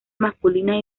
masculinas